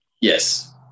yes